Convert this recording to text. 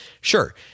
Sure